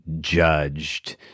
judged